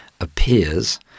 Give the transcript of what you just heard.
appears